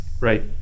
Right